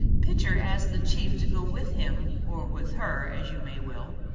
pitcher asked the chief to go with him, or with her, as you may will,